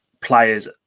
players